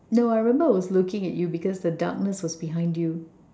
no I remember I was looking at you because the darkness was behind you